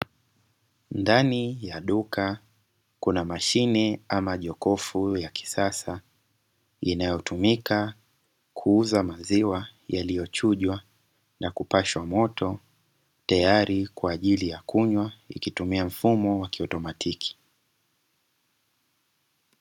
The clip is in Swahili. Ndani ya duka kuna mashine ama jokofu ya kisasa, inayotumika kuuza maziwa yaliyochujwa na kupashwa moto tayari kwa ajili ya kunywa, ikitumia mfumo wa kiautomatiki.